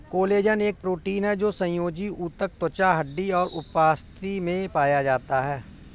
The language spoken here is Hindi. कोलेजन एक प्रोटीन है जो संयोजी ऊतक, त्वचा, हड्डी और उपास्थि में पाया जाता है